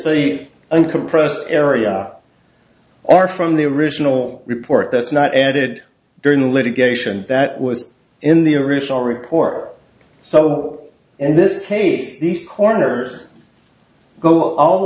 compress area are from the original report that's not added during litigation that was in the original report so in this case these corners go all the